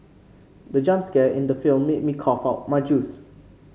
the jump scare in the film made me cough out my juice